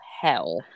hell